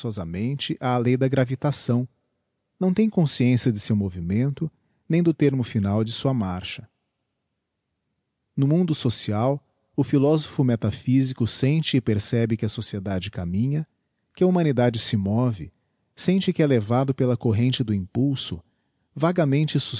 e forçosamente á lei da gravitação não tem consciência de seu movimento nem do termo final de sua marcha no mundo social o philosopho metaphysico sente e percebe que a sociedade caminha que a humanidade se move sente que é levado pela corrente do impulso vagamente